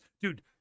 dude